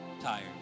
tired